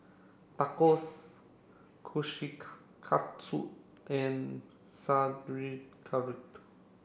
Tacos and